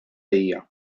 hija